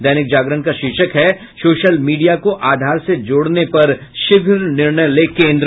दैनिक जागरण का शीर्षक है सोशल मीडिया को आधार से जोड़ने पर शीघ्र निर्णय ले केंद्र